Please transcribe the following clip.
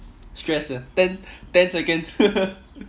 stress sia ten ten seconds